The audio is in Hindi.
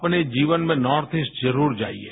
अपने जीवन में नार्थ ईस्ट जरुर जाइये